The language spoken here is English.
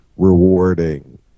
Rewarding